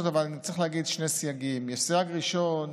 צריך להגיד שני סייגים להצעת החוק הזאת: סייג ראשון,